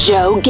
Joe